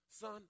son